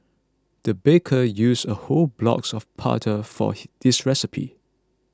the baker used a whole blocks of butter for hey this recipe